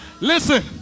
Listen